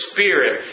Spirit